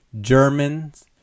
Germans